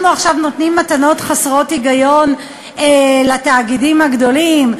אנחנו עכשיו נותנים מתנות חסרות היגיון לתאגידים הגדולים?